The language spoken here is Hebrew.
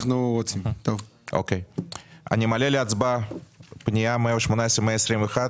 אני מעלה להצבעה פנייה מספר 118 עד 121,